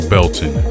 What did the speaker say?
Belton